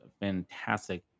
fantastic